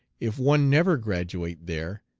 if one never graduate there,